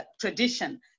tradition